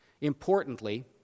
Importantly